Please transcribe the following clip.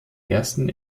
ersten